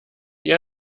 die